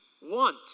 want